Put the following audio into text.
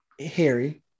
Harry